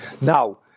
Now